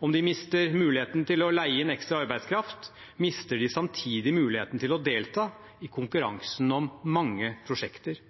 Om de mister muligheten til å leie inn ekstra arbeidskraft, mister de samtidig muligheten til å delta i konkurransen om mange prosjekter.